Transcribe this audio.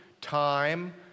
time